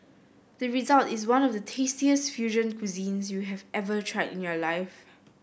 the result is one of the tastiest fusion cuisines you have ever tried in your life